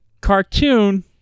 cartoon